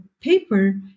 paper